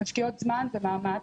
משקיעות זמן ומאמץ,